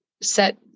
set